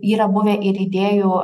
yra buvę ir idėjų